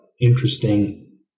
interesting